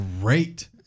great